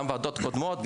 גם ועדות קודמות,